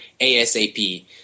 ASAP